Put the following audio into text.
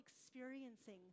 experiencing